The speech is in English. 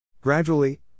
Gradually